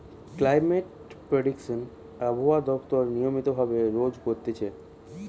climate prediction আবহাওয়া দপ্তর নিয়মিত ভাবে রোজ করতিছে